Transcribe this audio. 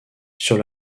sur